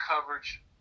coverage